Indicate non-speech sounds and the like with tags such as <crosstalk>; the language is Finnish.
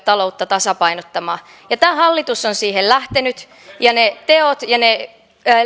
<unintelligible> taloutta tasapainottamaan tämä hallitus on siihen lähtenyt ja ne teot ja